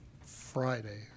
Friday